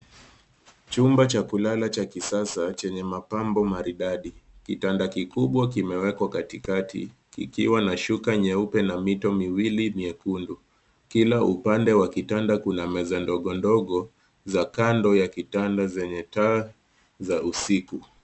Chumba cha kulala cha kisasa chenye mapambo maridadi kitanda kikubwa kimewekwa katikati kikiwa na shuka nyeue na mito miwili nyekundu. Kila upande wa kitanda kuna meza ndogo ndogo za kando ya kitanda zenye taa za usiku.